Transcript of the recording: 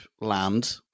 land